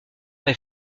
elle